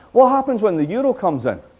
what happens when the euro comes in?